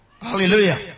Hallelujah